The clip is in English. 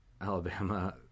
Alabama